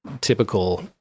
typical